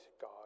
God